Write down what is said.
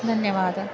धन्यवादः